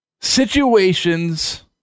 Situations